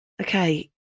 Okay